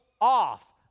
off